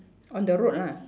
on the road ah